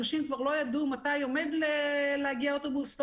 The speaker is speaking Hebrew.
אנשים כבר לא ידעו מתי עומד להגיע אוטובוס.